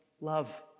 love